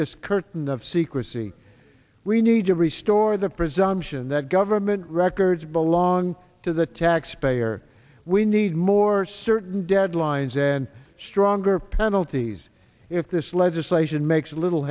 this curtain of secrecy we need to restore the presumption that government records belong to the taxpayer we need more certain deadlines and stronger penalties if this legislation makes lit